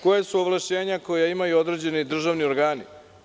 Koja su ovlašćenja koja imaju određeni državni organi?